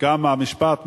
גם המשפט,